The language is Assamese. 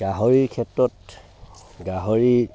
গাহৰিৰ ক্ষেত্ৰত গাহৰি